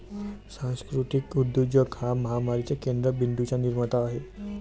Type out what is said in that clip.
सांस्कृतिक उद्योजक हा महामारीच्या केंद्र बिंदूंचा निर्माता आहे